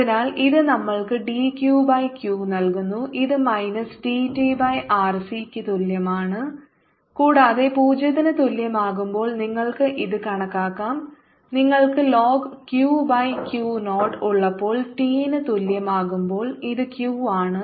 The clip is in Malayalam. അതിനാൽ ഇത് നിങ്ങൾക്ക് dQ ബൈ Q നൽകുന്നു ഇത് മൈനസ് dt ബൈ RC യുടെ തുല്യമാണ് കൂടാതെ 0 ന് തുല്യമാകുമ്പോൾ നിങ്ങൾക്ക് ഇത് കണക്കാക്കാം നിങ്ങൾക്ക് ln Q ബൈ Q 0 ഉള്ളപ്പോൾ t ന് തുല്യമാകുമ്പോൾ ഇത് Q ആണ്